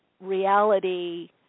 reality